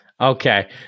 Okay